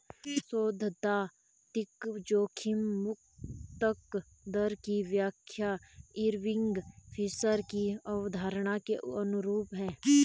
सैद्धांतिक जोखिम मुक्त दर की व्याख्या इरविंग फिशर की अवधारणा के अनुरूप है